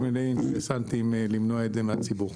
מיני אינטרסנטים למנוע את זה מהציבור.